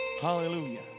hallelujah